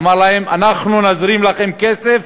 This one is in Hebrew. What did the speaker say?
אמר להם: אנחנו נזרים לכם כסף,